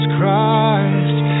Christ